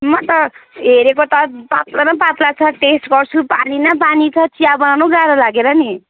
म त हेरेको त पत्ला न पत्ला छ टेस्ट गर्छु पानी न पानी छ चिया बनाउनु गाह्रो लागेर नि